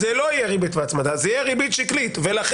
זאת לא תהיה ריבית והצמדה אלא זאת תהיה ריבית שקלית ולכן